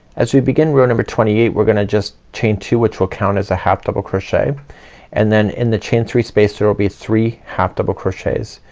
as we begin row number twenty eight we're gonna just chain two which will count as a half double crochet and then in the chain three space there will be three half double crochets.